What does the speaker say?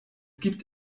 gibt